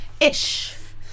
Ish